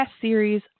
series